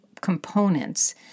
components